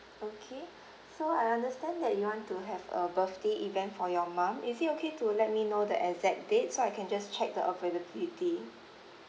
okay so I understand that you want to have a birthday event for your mum is it okay to let me know the exact date so I can just check the availability